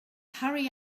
hurry